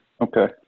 Okay